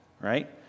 right